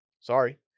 Sorry